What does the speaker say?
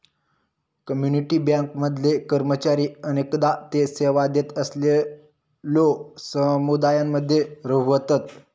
community bank मधले कर्मचारी अनेकदा ते सेवा देत असलेलल्यो समुदायांमध्ये रव्हतत